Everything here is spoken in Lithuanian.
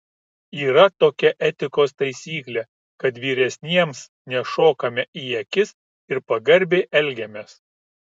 yra tokia etikos taisyklė kad vyresniems nešokame į akis ir pagarbiai elgiamės